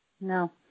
No